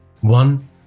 One